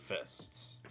Fists